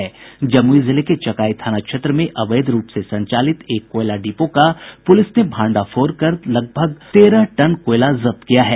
जमुई जिले के चकाई थाना क्षेत्र में अवैध रूप से संचालित एक कोयला डिपो का पुलिस ने भंडाफोड़ कर लगभग तेरह टन कोयला जप्त किया है